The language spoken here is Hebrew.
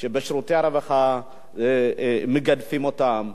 שבשירותי הרווחה מגדפים אותם.